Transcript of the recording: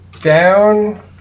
down